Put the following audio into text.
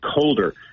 colder